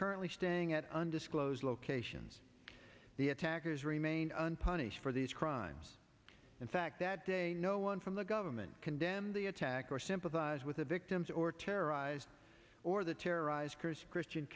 currently staying at undisclosed locations the attackers remain unpunished for these crimes in fact that no one from the government condemned the attack or sympathize with the victims or terrorized or the